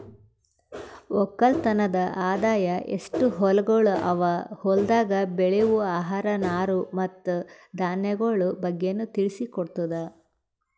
ಒಕ್ಕಲತನದ್ ಆದಾಯ, ಎಸ್ಟು ಹೊಲಗೊಳ್ ಅವಾ, ಹೊಲ್ದಾಗ್ ಬೆಳೆವು ಆಹಾರ, ನಾರು ಮತ್ತ ಧಾನ್ಯಗೊಳ್ ಬಗ್ಗೆನು ತಿಳಿಸಿ ಕೊಡ್ತುದ್